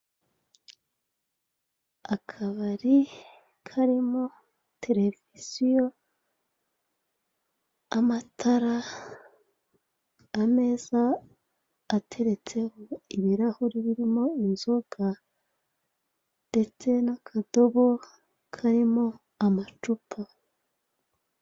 Akabari karimo televiziyo, amatara, ameza, ateretseho ibirahure birimo inzoga, ndetse n'akadobo karimo amacupa.